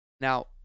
Now